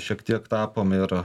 šiek tiek tapom ir